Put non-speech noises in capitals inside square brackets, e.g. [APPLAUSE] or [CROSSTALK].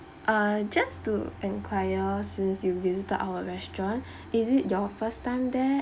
uh just to enquire since you visited our restaurant [BREATH] is it your first time there